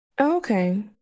Okay